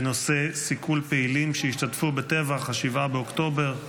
בנושא: סיכול פעילים שהשתתפו בטבח 7 באוקטובר.